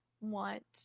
want